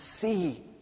see